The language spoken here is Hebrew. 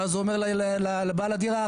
ואז הוא אומר לבעל הדירה,